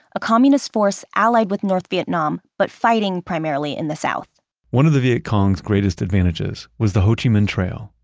a communist force allied with north vietnam, but fighting primarily in the south one of the vietcong's greatest advantages was the ho chi minh trail,